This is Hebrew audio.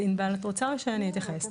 אז ענבל, את רוצה או שאני אתייחס?